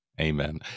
Amen